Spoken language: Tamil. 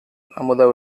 அமுத